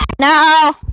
No